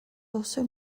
also